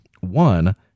One